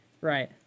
right